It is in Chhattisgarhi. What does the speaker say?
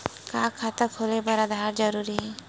का खाता खोले बर आधार जरूरी हे?